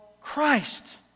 Christ